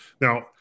Now